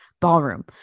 Ballroom